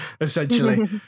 essentially